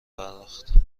پرداخت